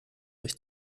durch